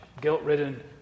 guilt-ridden